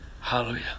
Hallelujah